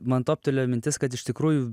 man toptelėjo mintis kad iš tikrųjų